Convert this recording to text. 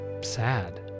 sad